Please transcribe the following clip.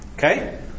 Okay